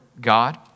God